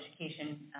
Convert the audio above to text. education